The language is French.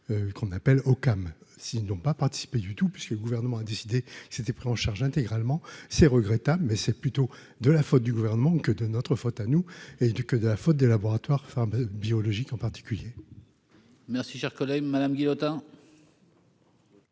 qu'on appelle au calme, s'ils n'ont pas participé du tout puisque le gouvernement a décidé, c'était pris en charge intégralement, c'est regrettable mais c'est plutôt de la faute du gouvernement que de notre faute à nous et du que de la faute des laboratoires femme biologique en particulier. Merci, cher collègue, Madame Guigou